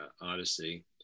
odyssey